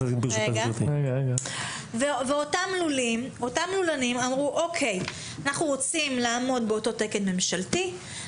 -- ואותם לולנים אמרו שרוצים לעמוד באותו תקן ממשלתי,